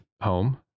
home